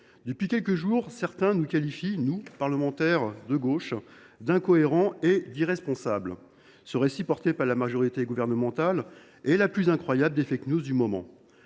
Depuis quelques jours, certains nous qualifient, nous, parlementaires de gauche, d’« incohérents » et d’« irresponsables ». Ce récit, que nous devons à la majorité gouvernementale, est la plus incroyable des du moment.